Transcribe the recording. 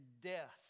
death